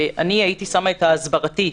והייתי שמה את ההסברתי,